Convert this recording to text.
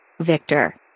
Victor